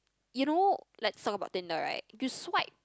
you know let's talk about Tinder right you swipe